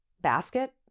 basket